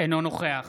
אינו נוכח